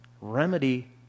remedy